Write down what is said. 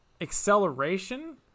acceleration